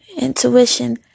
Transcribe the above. Intuition